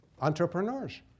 entrepreneurs